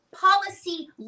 policy